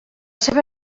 seva